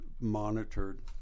monitored